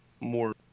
more